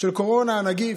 של קורונה, הנגיף.